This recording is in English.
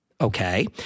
okay